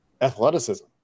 athleticism